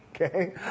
Okay